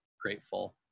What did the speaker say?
grateful